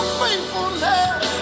faithfulness